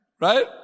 Right